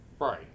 right